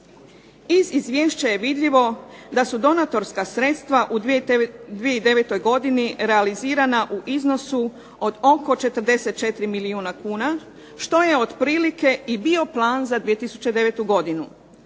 Iz izvješća je vidljivo da su donatorska sredstva u 2009. godini realizirana u iznosu od oko 44 milijuna kuna, što je otprilike i bio plan za 2009. godinu,